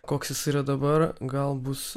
koks jis yra dabar gal bus